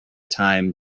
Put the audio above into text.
time